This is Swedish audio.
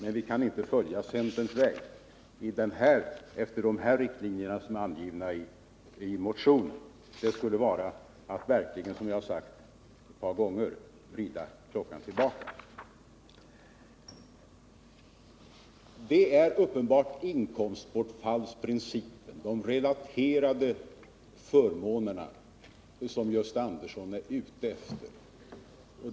Men vi kan inte följa centerns väg efter de riktlinjer som är angivna i motionen. Det är uppenbart inkomstbortfallsprincipen, de inkomstrelaterade förmånerna, som Gösta Andersson är ute efter.